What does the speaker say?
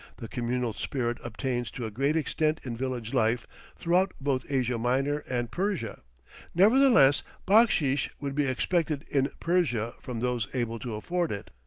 the communal spirit obtains to a great extent in village life throughout both asia minor and persia nevertheless backsheesh would be expected in persia from those able to afford it.